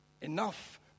Enough